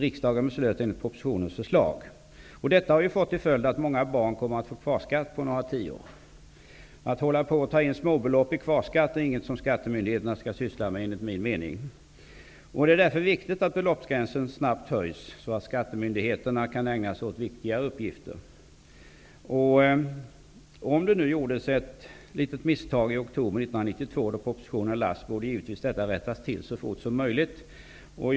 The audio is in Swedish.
Riksdagen beslöt enligt propositionens förslag. Detta har fått till följd att många barn kommer att få kvarskatt på några tior. Att hålla på och ta in småbelopp i kvarskatt är inget som skattemyndigheterna skall syssla med enligt min mening. Det är därför viktigt att beloppsgränsen snabbt höjs, så att skattemyndigheterna kan ägna sig åt viktigare uppgifter. Om det gjordes ett litet misstag i oktober 1992, då propositionen lades fram, borde detta givtevis rättas till så fort som möjligt.